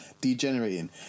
degenerating